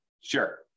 Sure